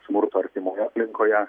smurto artimoje aplinkoje